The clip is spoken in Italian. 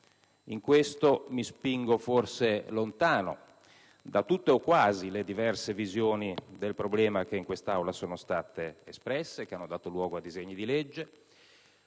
In questo mi spingo forse lontano da tutte o quasi le diverse visioni del problema che in quest'Aula sono state espresse, che hanno dato luogo alla presentazione